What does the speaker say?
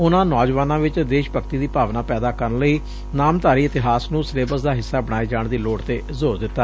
ਉਨੂਾਂ ਨੌਂਜਵਾਨਾਂ ਚ ਦੇਸ਼ ਭਗਤੀ ਦੀ ਭਾਵਨਾ ਪੈਦਾ ਕਰਨ ਲਈ ਨਾਮਧਾਰੀ ਇਤਿਹਾਸ ਨੂੰ ਸਿਲੇਬਸ ਦਾ ਹਿੱਸਾ ਬਣਾਏ ਜਾਣ ਦੀ ਲੋੜ ਤੇ ਜ਼ੋਰ ਦਿੱਤਾ